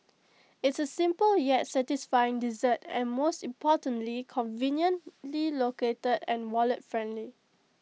it's A simple yet satisfying dessert and most importantly conveniently located and wallet friendly